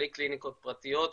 בלי קליניקות פרטיות,